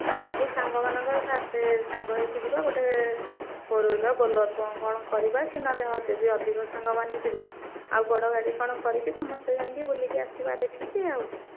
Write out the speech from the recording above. ଏ ସବୁ ସାଙ୍ଗମାନଙ୍କର ସାଥିରେ ସାଙ୍ଗ ହେଇକି ଯିବା ଗୋଟେ ଫୋର୍ ୱିଲର୍ ବୋଲେରୁ କ'ଣ କରିବା କି ନହେଲେ ଆଉ ଯଦି ବି ଅଧିକ ସାଙ୍ଗମାନେ ଯିବେ ଆଉ ବଡ଼ ଗାଡ଼ି କ'ଣ କରିକି ସମସ୍ତେ ଯାଇକି ବୁଲିକି ଆସିବା ଦେଖିକି ଆଉ